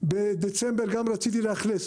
בדצמבר גם רציתי לאכלס,